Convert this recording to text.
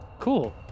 Cool